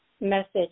message